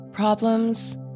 Problems